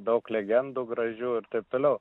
daug legendų gražių ir taip toliau